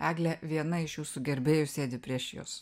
egle viena iš jūsų gerbėjų sėdi prieš jus